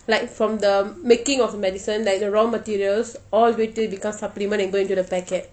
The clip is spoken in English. like from the making of medicine like the raw materials all will turn become supplement and go into the packet